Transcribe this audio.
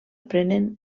prenen